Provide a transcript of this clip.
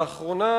לאחרונה